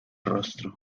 rostro